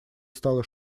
стала